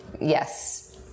Yes